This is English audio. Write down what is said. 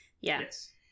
Yes